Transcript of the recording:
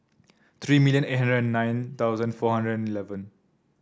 three million eight hundred nine thousand four hundred eleven